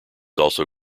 also